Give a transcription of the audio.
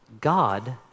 God